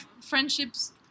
friendships